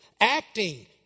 Acting